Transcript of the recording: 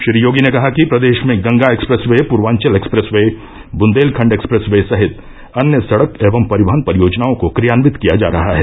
श्री योगी ने कहा कि प्रदेश में Ganga expressway Purvanchal expressway Bundelkhand expressway सहित अन्य सड़क एवं परिवहन परियोजनाओं को क्रियान्वित किया जा रहा है